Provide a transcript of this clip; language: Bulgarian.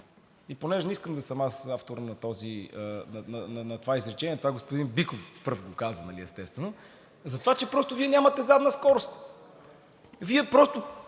И понеже не искам аз да съм автор на това изречение – това господин Биков пръв го каза, естествено, затова че просто Вие нямате задна скорост. Вие просто